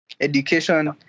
education